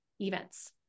events